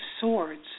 Swords